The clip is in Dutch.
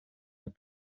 het